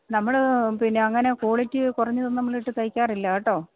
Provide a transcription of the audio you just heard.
നമ്മൾ പിന്നെ അങ്ങനെ കോളിറ്റി കുറഞ്ഞതൊന്നും നമ്മളിട്ട് തൈക്കാറില്ല കേട്ടോ